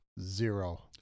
Zero